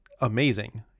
amazing